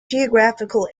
geographical